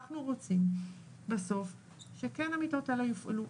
אנחנו רוצים בסוף שכן המיטות האלה יופעלו,